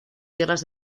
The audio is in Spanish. tierras